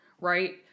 Right